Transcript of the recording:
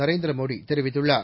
நரேந்திரமோதி தெரிவித்துள்ளார்